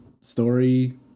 story